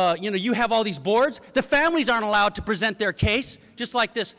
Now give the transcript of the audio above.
ah you know, you have all these boards? the families aren't allowed to present their case, just like this